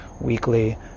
weekly